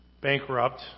bankrupt